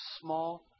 small